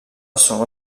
sono